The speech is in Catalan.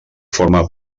forma